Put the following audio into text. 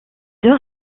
deux